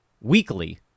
weekly